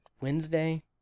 Wednesday